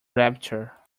rapture